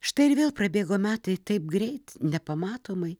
štai ir vėl prabėgo metai taip greit nepamatomai